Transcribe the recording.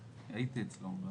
הייתי אצלו.